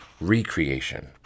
recreation